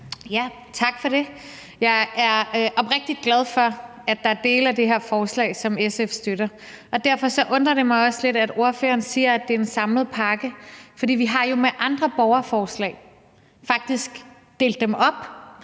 Tak for det. Jeg er oprigtig glad for, at der er dele af det her forslag, som SF støtter. Derfor undrer det mig også lidt, at ordføreren siger, at det er en samlet pakke, for andre borgerforslag har vi jo faktisk delt op